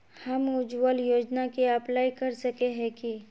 हम उज्वल योजना के अप्लाई कर सके है की?